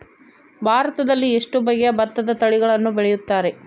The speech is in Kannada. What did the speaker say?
ಭಾರತದಲ್ಲಿ ಎಷ್ಟು ಬಗೆಯ ಭತ್ತದ ತಳಿಗಳನ್ನು ಬೆಳೆಯುತ್ತಾರೆ?